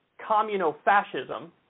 communo-fascism